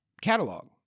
catalog